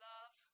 Love